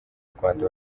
rwanda